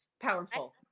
powerful